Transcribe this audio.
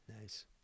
Nice